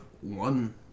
one